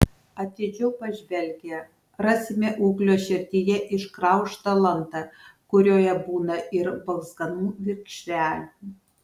atidžiau pažvelgę rasime ūglio šerdyje išgraužtą landą kurioje būna ir balzganų vikšrelių